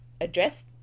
address